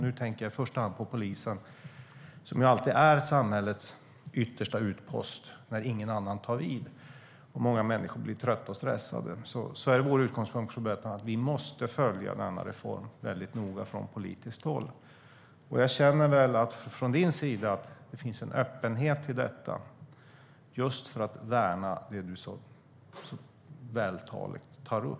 Nu tänker jag i första hand på polisen, som alltid är samhällets yttersta utpost när ingen annan tar vid, och många människor blir trötta och stressade. Vår utgångspunkt är att vi måste följa denna reform väldigt noga från politiskt håll. Jag känner att det från din sida finns en öppenhet till detta just för att värna det du så vältaligt tar upp.